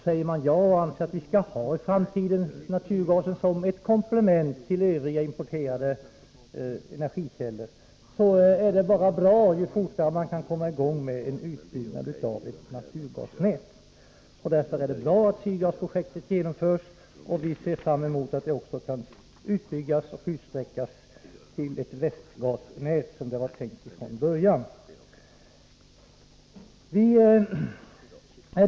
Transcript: Säger man ja och anser att vi i framtiden skall ha naturgas som ett komplement till övriga importerade energikällor, är det bättre ju förr man kan komma i gång med en utbyggnad av ett naturgasnät. Därför är det bra att Sydgasprojektet genomförs, och vi ser fram emot en utbyggnad av också ett Västgasnät såsom det var tänkt från början.